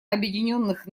объединенных